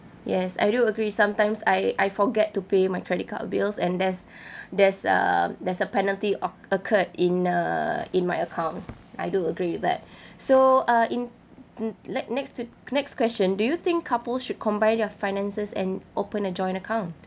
yes I do agree sometimes I I forget to pay my credit card bills and there's there's uh there's a penalty oc~ occurred in uh in my account I do agree with that so uh in like next to next question do you think couples should combine their finances and open a joint account